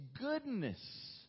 goodness